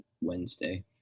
Wednesday